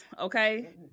Okay